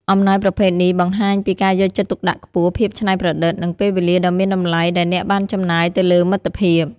អំណោយប្រភេទនេះបង្ហាញពីការយកចិត្តទុកដាក់ខ្ពស់ ភាពច្នៃប្រឌិត និងពេលវេលាដ៏មានតម្លៃដែលអ្នកបានចំណាយទៅលើមិត្តភាព។